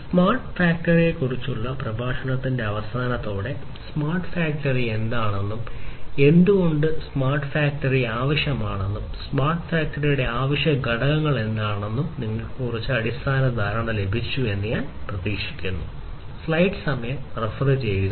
smart ഫാക്ടറിയെക്കുറിച്ചുള്ള പ്രഭാഷണത്തിന്റെ അവസാനത്തോടെ സ്മാർട്ട് ഫാക്ടറി എന്താണെന്നും എന്തുകൊണ്ട് സ്മാർട്ട് ഫാക്ടറികൾ ആവശ്യമാണെന്നും സ്മാർട്ട് ഫാക്ടറിയുടെ അവശ്യ ഘടകങ്ങൾ എന്താണെന്നും നിങ്ങൾക്ക് കുറച്ച് അടിസ്ഥാന ധാരണ ലഭിച്ചു എന്ന് ഞാൻ പ്രതീക്ഷിക്കുന്നു